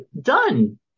Done